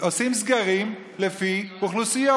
עושים סגרים לפי אוכלוסיות?